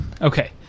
Okay